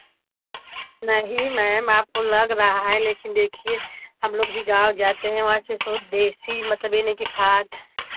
नहीं मैम आपको लग रहा है लेकिन देखिए हम लोग भी गाँव जाते हैं वहाँ से सो देशी मतलब यह नहीं कि खाद